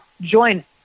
Join